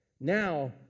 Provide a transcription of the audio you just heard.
now